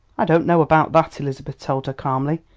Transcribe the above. i don't know about that, elizabeth told her calmly.